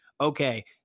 okay